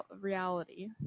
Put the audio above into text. reality